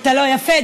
יפה.